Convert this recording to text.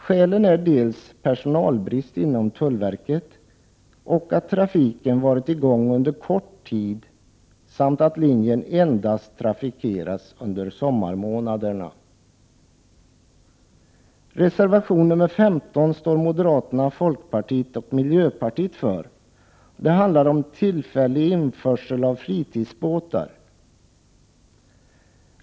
Skälen är dels att det är personalbrist inom tullverket, dels att trafiken varit i gång under en kort tid, dels att linjen trafikeras endast under sommarmånaderna. Reservation 15 står moderaterna, folkpartiet och miljöpartiet bakom. Den handlar om tillfällig införsel av fritidsbåtar.